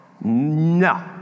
No